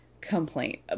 complaint